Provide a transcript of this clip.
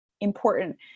important